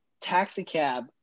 taxicab